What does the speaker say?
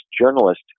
journalist